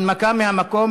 הנמקה מהמקום.